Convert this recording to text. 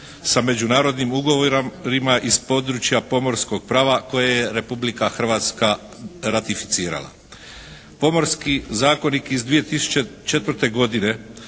sa međunarodnim ugovorom iz područja pomorskog prava koje je Republika Hrvatska ratificirala. Pomorski zakonik iz 2004. godine,